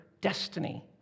destiny